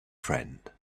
friend